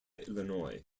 illinois